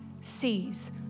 sees